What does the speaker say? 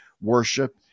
worship